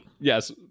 Yes